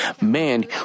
man